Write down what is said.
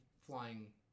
flying